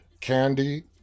candy